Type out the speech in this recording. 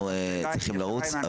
אנחנו צריכים לרוץ,